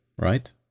right